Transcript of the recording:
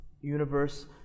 universe